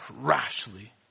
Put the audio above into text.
rashly